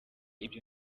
ibyo